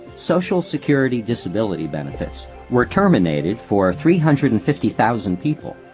social security disability benefits were terminated for three hundred and fifty thousand people.